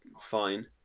fine